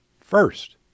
first